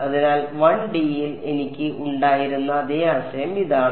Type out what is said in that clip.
അതിനാൽ 1D യിൽ എനിക്ക് ഉണ്ടായിരുന്ന അതേ ആശയം ഇതാണ്